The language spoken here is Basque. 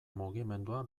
mugimendua